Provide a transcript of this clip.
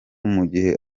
mugihe